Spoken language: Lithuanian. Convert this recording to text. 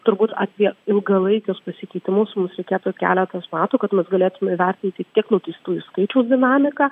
turbūt apie ilgalaikius pasikeitimus mums reikėtų keletos metų kad mes galėtume įvertinti tiek nuteistųjų skaičiaus dinamiką